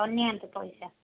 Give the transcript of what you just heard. ହଁ ନିଅନ୍ତୁ ପଇସା